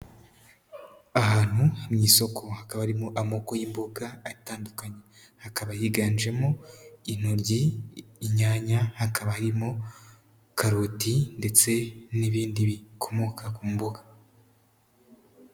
Ahantu mu isoko, hakaba harimo amoko y'imboga atandukanye. Hakaba higanjemo intoryi, inyanya, hakaba harimo karoti ndetse n'ibindi bikomoka ku mboga.